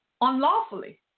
unlawfully